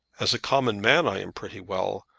as a common man i am pretty well,